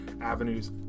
avenues